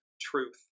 truth